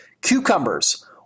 Cucumbers